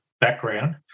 background